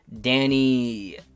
Danny